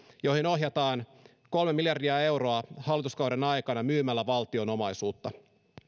joihin ohjataan kolme miljardia euroa hallituskauden aikana myymällä valtion omaisuutta